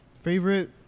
Favorite